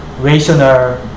rational